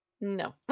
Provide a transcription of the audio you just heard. No